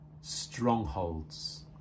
strongholds